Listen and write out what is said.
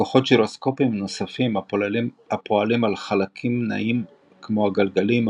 כוחות גירוסקופיים נוספים פועלים על חלקים נעים כמו הגלגלים,